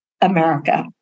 America